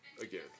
again